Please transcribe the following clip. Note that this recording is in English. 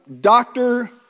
doctor